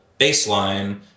baseline